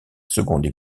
seconde